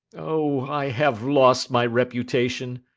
o, i have lost my reputation!